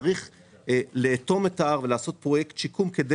צריך לאטום את ההר ולעשות פרויקט שיקום כדי